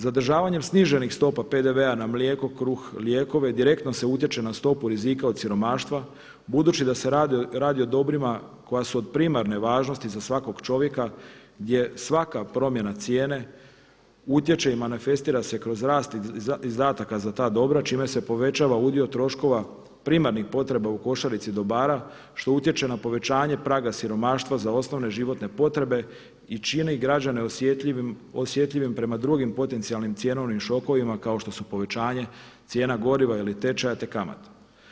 Zadržavanjem sniženih stopa PDV-a na mlijeko, kruh, lijekove direktno se utječe na stopu rizika od siromaštva budući da se radi o dobrima koja su od primarne važnosti za svakog čovjeka gdje svaka promjena cijene utječe i manifestira se kroz rast izdataka za ta dobra čime se povećava udio troškova primarnih potreba u košarici dobara što utječe na povećanje praga siromaštva za osnovne životne potrebe i čini građane osjetljivim prema drugim potencijalnim cjenovnim šokovima kao što su povećanje cijena goriva ili tečaja te kamate.